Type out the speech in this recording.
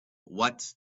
what